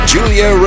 Julia